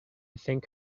think